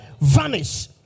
Vanish